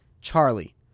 charlie